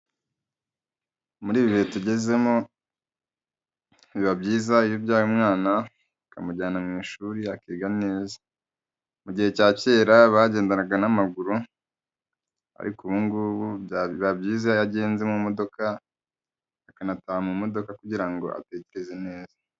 Muri ibi bihe tugezemo, biba byiza iyo ubyaye umwana, akamujyana mu ishuri akiga neza. Mu gihe cya kera bagendanaga n'amaguru ariko ubu ngubu biba byiza iyo agenze mu modoka, akanataha mu modoka kugira ngo atekereze neza.